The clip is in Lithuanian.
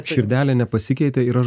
širdelė nepasikeitė ir aš